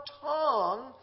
tongue